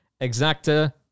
exacta